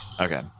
Okay